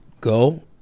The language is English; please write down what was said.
Go